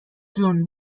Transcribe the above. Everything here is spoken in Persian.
جون